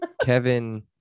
kevin